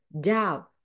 doubt